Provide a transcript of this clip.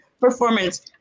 performance